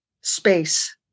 space